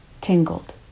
tingled